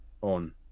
on